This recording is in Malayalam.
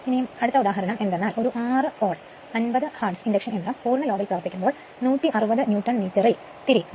ഇനി മൂന്നാം ഉദാഹരണം എന്തെന്നാൽ ഒരു 6 പോൾ 50 ഹാർട്സ് ഉള്ള ഇൻഡക്ഷൻ യന്ത്രം മുഴുവൻ ലോഡിൽ പ്രവർത്തിക്കുമ്പോൾ 160 ന്യൂട്ടൺ മീറ്ററിൽ തിരിയും